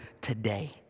today